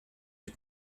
les